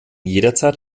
jederzeit